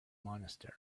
monastery